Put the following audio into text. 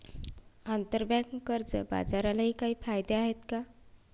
आंतरबँक कर्ज बाजारालाही काही कायदे आहेत का?